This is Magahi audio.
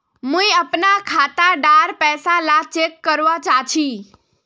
मुई अपना खाता डार पैसा ला चेक करवा चाहची?